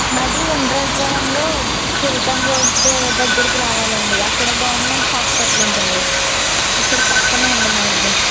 మాది ఉండ్రాజవరంలో చివటం రోడ్ దగ్గరికి రావాలండి అక్కడ గవర్నమెంట్ హాస్పటల్ ఉంటుంది అక్కడ పక్కనే అండి మా ఇల్లు